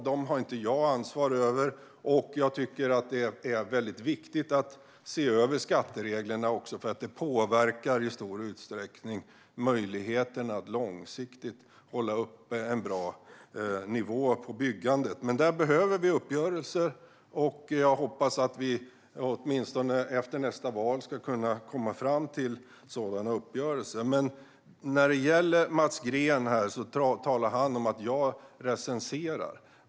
Jag har inte ansvar för dem, och jag tycker att det är viktigt att se över skattereglerna också för att det i stor utsträckning påverkar möjligheterna att långsiktigt hålla uppe en bra nivå på byggandet. Där behöver vi uppgörelser, och jag hoppas att vi åtminstone efter nästa val ska kunna komma fram till sådana. Mats Green talar om att jag recenserar.